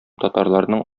татарларның